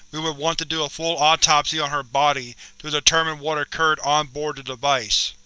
we would want to do a full autopsy on her body to determine what occurred on-board the device.